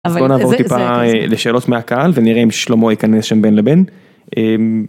אז בוא נעבור טיפה לשאלות מהקהל ונראה אם שלמה ייכנס שם בין לבין.